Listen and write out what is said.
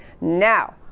Now